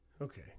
Okay